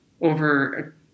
over